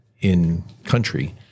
in-country